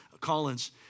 Collins